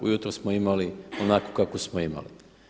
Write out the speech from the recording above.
Ujutro smo imali onakvu kakvu smo imali.